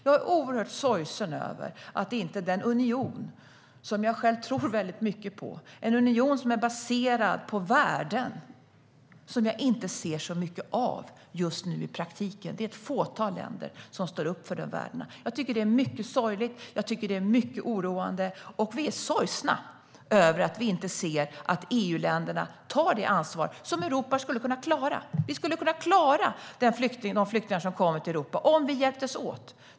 Jag är sorgsen över hur detta fungerar i den union som jag själv tror mycket på och som är baserad på värden jag inte ser mycket av i praktiken i dag. Det är ett fåtal länder som står upp för de värdena. Jag tycker att det är mycket sorgligt och oroande. Vi är sorgsna över att vi inte ser att EU-länderna tar det ansvar som Europa skulle kunna klara. Vi skulle kunna klara de flyktingar som kommer till Europa om vi hjälptes åt.